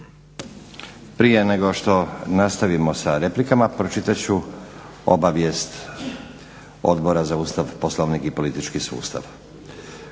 Prije nego što nastavimo sa replikama. Pročitat ću obavijest Odbora za Ustav, poslovnik i politički sustav.